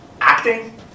acting